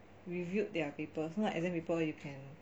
revealed their papers you know exam paper you can